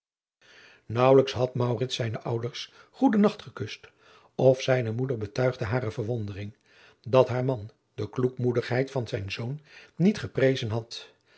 naauwelijks had maurits zijne ouders goeden nacht gekust of zijne moeder beadriaan loosjes pzn het leven van maurits lijnslager tuigde hare verwondering dat haar man de kloekmoedigheid van zijn zoon niet geprezen had